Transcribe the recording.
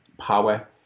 power